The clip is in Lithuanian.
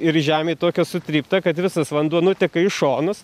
ir žemėj tokia sutrypta kad visas vanduo nuteka į šonus